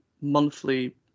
monthly